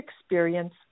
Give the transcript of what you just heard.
experience